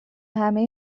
همه